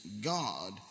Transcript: God